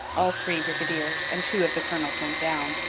all three brigadiers and two of the colonels went down.